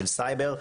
של סייבר,